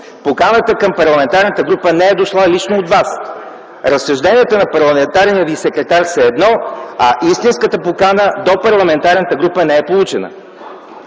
Поканата към Парламентарната група не е дошла лично от Вас. Разсъжденията на парламентарния Ви секретар са едно, а истинска покана до парламентарната група не е получена.